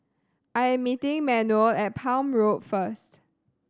I am meeting Manuel at Palm Road first